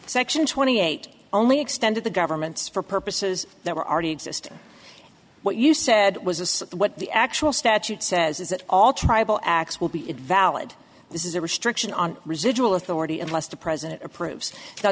section twenty eight only extended the governments for purposes that were already existing what you said was what the actual statute says is that all tribal acts will be valid this is a restriction on residual authority unless the president approve